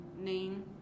name